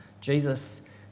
Jesus